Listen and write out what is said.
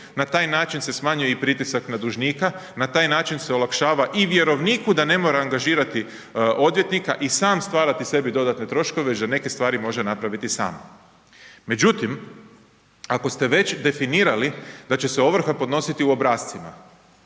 na taj način se smanjuje i pritisak na dužnika, na taj način se olakšava i vjerovniku da ne mora angažirati odvjetnika i sam stvarati sebi dodatne troškove, da neke stvari može napraviti sam. Međutim, ako ste već definirali da će se ovrha podnositi u obrascima,